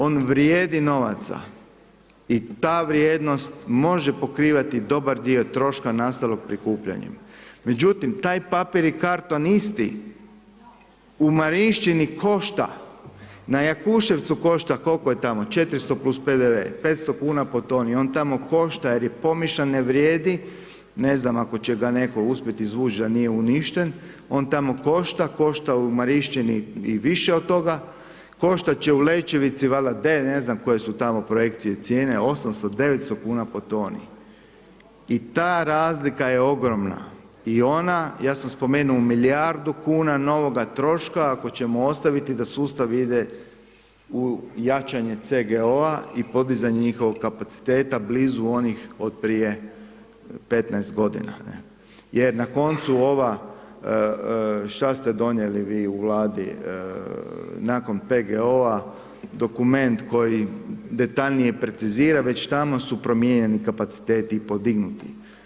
On vrijedi novaca i ta vrijednost i ta vrijednost može pokrivati dobar dio troška nastalog prikupljanjem međutim taj papir i karton isti u Marišćini košta, na Jakuševcu košta, koliko je tamo, 400 plus PDV, 500 kuna po toni, on tamo košta jer pomiješan ne vrijedi, ne znam ako će ga netko uspjeti izvući da nije uništen, on tamo košta, košta u Marišćini i više od toga, koštat će u Lečevici valjda, ne znam koje su tamo projekcije i cijene, 800, 900 kuna po toni i ta razlika je ogromna i ona, ja sam spomenuo u milijardu kuna novoga troška, ako ćemo ostaviti da sustav ide u jačanje CGO-a i podizanje njihovog kapaciteta blizu onih od prije 15 g. jer na koncu ova, šta ste donijeli vi u Vladi, nakon PGO-a, dokument koji detaljnije precizira već tamo su promijenjeni kapaciteti i podignuti.